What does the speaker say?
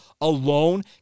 alone